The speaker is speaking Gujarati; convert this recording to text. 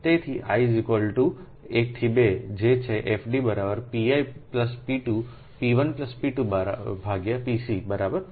તેથી i 1 થી 2 જે છે FD p1 p2pcબરાબર